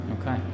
Okay